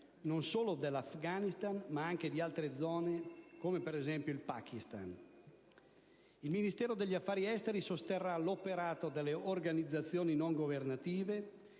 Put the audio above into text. non solo dell'Afghanistan ma anche di altre zone, come ad esempio il Pakistan. Il Ministero degli affari esteri sosterrà l'operato delle organizzazioni non governative